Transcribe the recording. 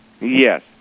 Yes